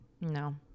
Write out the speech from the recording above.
No